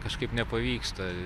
kažkaip nepavyksta